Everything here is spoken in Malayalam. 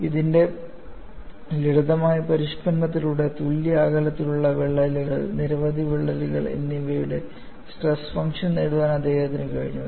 ഇതിന്റെ ലളിതമായ പരിഷ്ക്കരണത്തിലൂടെ തുല്യ അകലത്തിലുള്ള വിള്ളലുകൾ നിരവധി വിള്ളലുകൾ എന്നിവയുടെ സ്ട്രെസ് ഫംഗ്ഷൻ നേടാൻ അദ്ദേഹത്തിന് കഴിഞ്ഞു